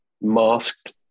masked